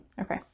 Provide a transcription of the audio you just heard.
Okay